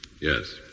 Yes